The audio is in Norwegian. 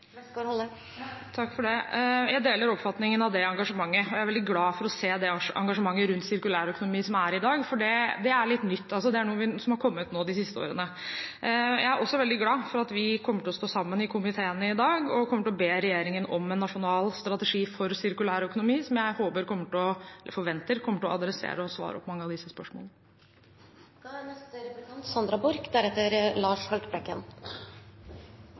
skal gjøre det, men det er åpenbart et langt lerret å bleke også for Norge, så hva er Høyres svar på den utfordringen? Jeg deler oppfatningen av det engasjementet, og jeg er veldig glad for å se det engasjementet rundt sirkulærøkonomi som er i dag, for det er litt nytt; det er noe som har kommet de siste årene. Jeg er også veldig glad for at vi kommer til å stå sammen i komiteen i dag, og kommer til å be regjeringen om en nasjonal strategi for sirkulærøkonomi, som jeg forventer kommer til å adressere og svare på mange av